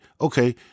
okay